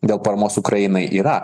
dėl paramos ukrainai yra